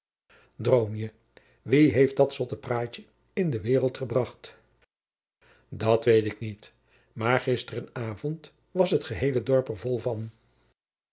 droom je wie heeft dat zotte praatje in de waereld gebracht dat weet ik niet maar gisteren avond was het geheele dorp er vol van